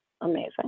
amazing